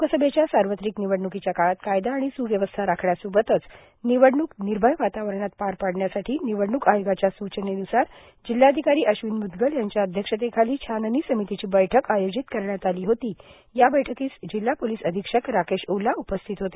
लोकसभेच्या सार्वत्रिक निवडण्कीच्या काळात कायदा आणि सुव्यवस्था राखण्यासोबतच निवडणूक निर्भय वातावरणात पार पाडण्यासाठी निवडणूक आयोगाच्या सूचनेन्सार जिल्हाधिकारी अश्विन मुदगल यांच्या अध्यक्षतेखाली छाननी समितीची बैठक आयोजित करण्यात आली होती या बैठकीस जिल्हा पोलिस अधीक्षक राकेश ओलाए उपस्थित होते